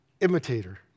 imitator